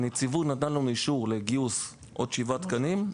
הנציבות אישרה לנו גיוס של עוד שבעה תקנים,